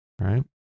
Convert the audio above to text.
right